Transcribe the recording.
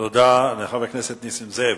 תודה לחבר הכנסת נסים זאב.